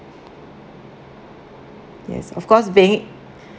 yes of course being